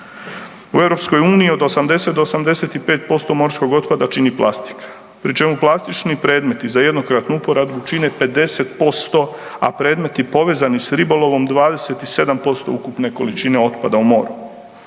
U EU od 80 do 85% morskog otpada čini plastika pri čemu plastični predmeti za jednokratnu uporabu čine 50%, a predmeti povezani s ribolovom 27% ukupne količine otpada u moru.